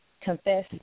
confess